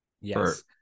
yes